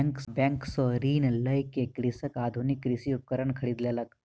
bank सॅ ऋण लय के कृषक आधुनिक कृषि उपकरण खरीद लेलक